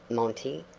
monty?